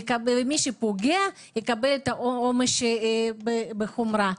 ומי שפוגע יקבל את העונש בחומרה.